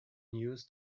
news